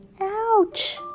Ouch